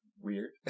weird